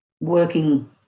working